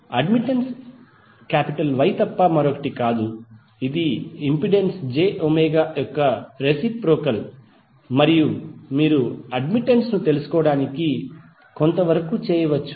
admittance Y తప్ప మరొకటి కాదు మరియు ఇది ఇంపెడెన్స్ jω యొక్క రెసిప్రొకల్ మరియు మీరు అడ్మిటెన్స్ తెలుసుకోవడానికి కొంత వరకు చేయవచ్చు